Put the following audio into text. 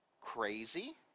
crazy